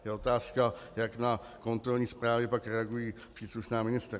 Je otázka, jak na kontrolní zprávy pak reagují příslušná ministerstva.